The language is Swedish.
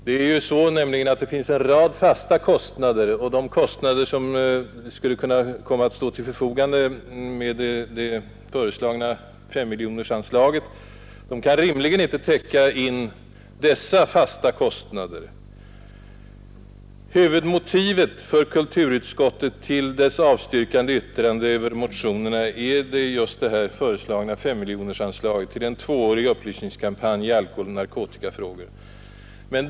Det finns nämligen en rad fasta kostnader, men de bidrag som kan komma att stå till förfogande genom det föreslagna anslaget på 5 miljoner kronor kan inte rimligtvis användas till att täcka in dessa fasta kostnader. nerna är som här förut betonats det här föreslagna anslaget på 5 miljoner kronor till en tvåårig upplysningskampanj i alkoholoch narkotikafrågor.